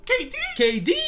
KD